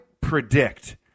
predict